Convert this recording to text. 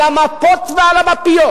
על המפות ועל המפיות.